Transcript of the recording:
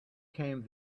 came